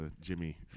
jimmy